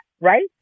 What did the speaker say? right